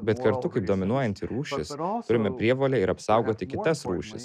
bet kartu kaip dominuojanti rūšis turime prievolę ir apsaugoti kitas rūšis